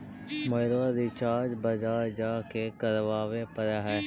मोबाइलवा रिचार्ज बजार जा के करावे पर है?